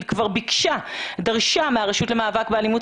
כבר ביקשה ודרשה מהרשות למאבק באלימות,